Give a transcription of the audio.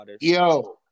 Yo